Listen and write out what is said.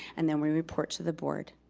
and then we report to the board.